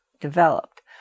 developed